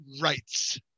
rights